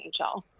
NHL